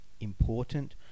important